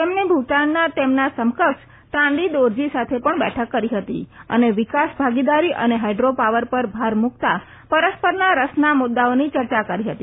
તેમણે ભુતાનના તેમના સમકક્ષ ટાંડી દોરજી સાથે બેઠક કરી હતી અને વિકાસ ભાગીદારી અને હાઈડ્રોપાવર પર ભાર મુકતા પરસ્પરના રસના મુદાઓની ચર્ચા કરી હતી